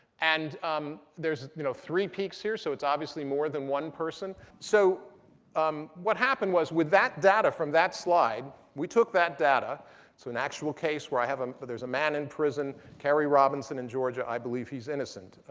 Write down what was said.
and um there's you know three peaks here, so it's obviously more than one person. so um what happened was with that data from that slide, we took that data it's so an actual case where i have um there's a man in prison, kerry robinson in georgia. i believe he's innocent.